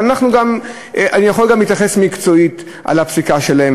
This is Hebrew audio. אני יכול להתייחס גם מקצועית לפסיקה שלהם,